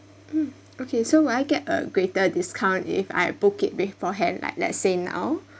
mm okay so will I get a greater discount if I book it beforehand like let's say now